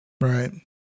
Right